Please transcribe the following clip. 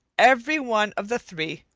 every one of the three,